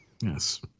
Yes